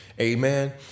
Amen